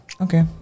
Okay